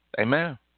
Amen